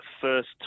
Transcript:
first